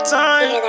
time